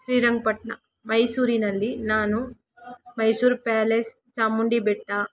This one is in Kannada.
ಶ್ರೀರಂಗಪಟ್ಟಣ ಮೈಸೂರಿನಲ್ಲಿ ನಾನು ಮೈಸೂರು ಪ್ಯಾಲೇಸ್ ಚಾಮುಂಡಿ ಬೆಟ್ಟ